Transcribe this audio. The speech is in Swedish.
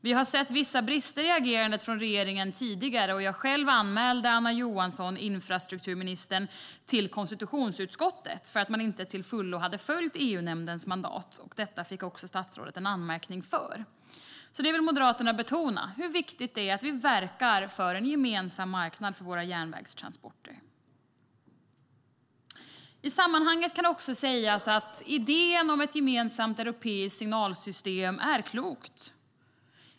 Vi har sett vissa brister i regeringens agerande tidigare. Jag själv anmälde infrastrukturminister Anna Johansson till konstitutionsutskottet för att hon inte till fullo hade följt EU-nämndens mandat. Statsrådet fick en anmärkning för detta. Moderaterna vill betona vikten av att vi verkar för en gemensam marknad för våra järnvägstransporter. I sammanhanget kan sägas att idén om ett gemensamt europeiskt signalsystem är klok.